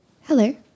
Hello